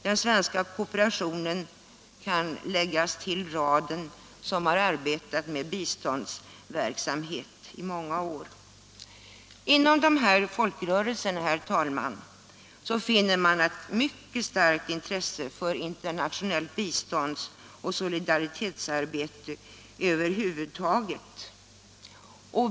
Den svenska kooperationen kan läggas till raden av de organisationer som i många år har arbetat med biståndsverksamhet. Inom dessa folkrörelser finner man ett mycket starkt intresse för internationellt bistånds och solidaritetsarbete över huvud taget.